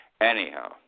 Anyhow